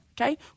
okay